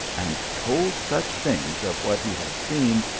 and told such things of what he had seen,